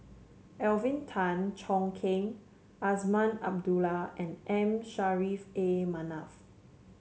Alvin Tan Cheong Kheng Azman Abdullah and M Saffri A Manaf